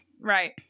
Right